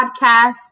Podcast